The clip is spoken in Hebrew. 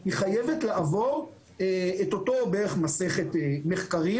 היא חייבת לעבור את אותה מסכת מחקרים